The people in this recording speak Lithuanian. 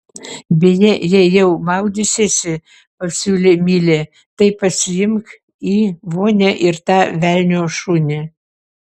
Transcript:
beje jei jau maudysiesi pasiūlė milė tai pasiimk į vonią ir tą velnio šunį